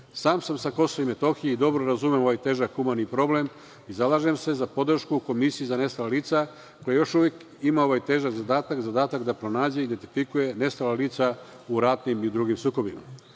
Sam sam sa Kosova i Metohije i dobro razumem ovaj težak humani problem i zalažem se sa podršku Komisiji za nestala lica, koja još uvek ima ovaj težak zadatak, zadatak da pronađe i identifikuje nestala lica u ratnim i drugim sukobima. Iz